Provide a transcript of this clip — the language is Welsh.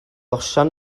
osian